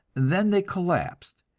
then they collapsed.